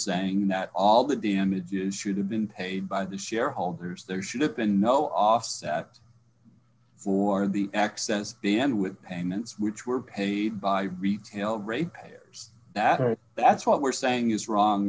saying that all the damages should have been paid by the shareholders there should have been no offset for the excess began with payments which were paid by retail rate payers that are that's what we're saying is wrong